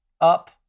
up